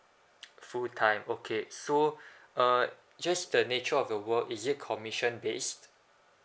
full time okay so uh just the nature of the work is it commission based